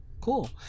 cool